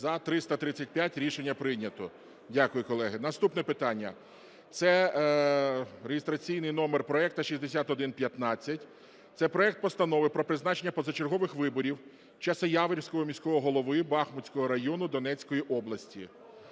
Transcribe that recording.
За-335 Рішення прийнято. Дякую, колеги. Наступне питання – це реєстраційний номер проекту 6115. Це проект Постанови про призначення позачергових виборів Часовоярського міського голови Бахмутського району Донецької області.